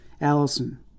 Allison